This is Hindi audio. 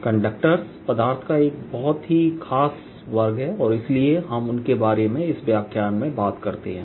कंडक्टर्स पदार्थ का एक बहुत ही खास वर्ग है और इसलिए हम उनके बारे में इस व्याख्यान में बात करते हैं